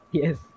yes